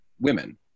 women